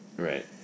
right